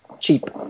cheap